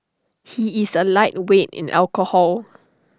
he is A lightweight in alcohol